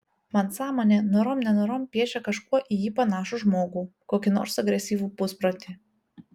man sąmonė norom nenorom piešia kažkuo į jį panašų žmogų kokį nors agresyvų pusprotį